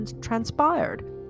transpired